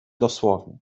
dosłownie